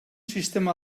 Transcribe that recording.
sistema